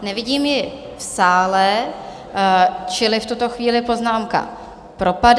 Nevidím ji v sále, čili v tuto chvíli poznámka propadá.